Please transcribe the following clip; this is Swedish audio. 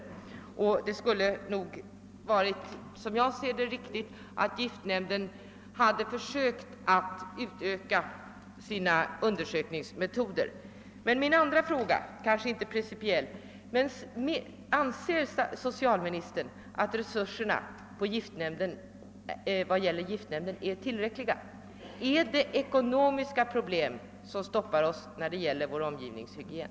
Som jag ser det skulle det ha varit riktigt om giftnämnden hade försökt utöka sina undersökningsmetoder. Min andra fråga kanske inte är principiell, men anser socialministern att giftnämndens resurser är tillräckliga? Är det ekonomiska problem som stoppar oss när det gäller vår omgivnings hygien?